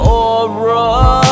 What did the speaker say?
aura